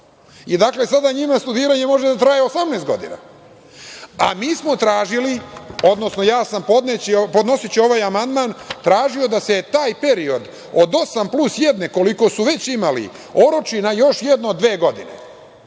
Dakle, njima sada studiranje može da traje 18 godina. Mi smo tražili, odnosno ja sam podnoseći ovaj amandman tražio da se taj period od osam plus jedne, koliko su već imali, oroči na još jedno dve godine